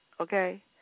okay